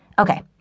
okay